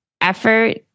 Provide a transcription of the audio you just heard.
effort